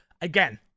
again